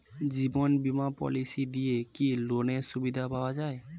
জীবন বীমা পলিসি দিয়ে কি লোনের সুবিধা পাওয়া যায়?